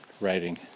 writing